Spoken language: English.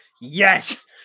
Yes